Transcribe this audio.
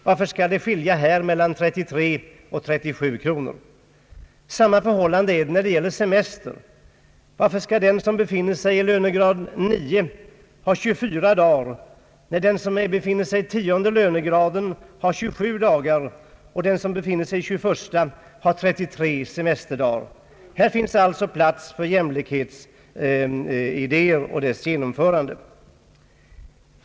Varför skall det i nattraktamente skilja mellan 33 och 37 kronor för olika grupper? Detsamma är förhållandet när det gäller semestrarna. Varför skall den som befinner sig i lönegrad 9 bara få 24 dagar, när den som är i lönegrad 10 får 27 och den i lönegrad 21 har 33 semesterdagar? Här finns det plats för ökad jämlikhet.